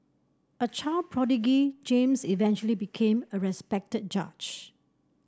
a child James eventually became a respected judge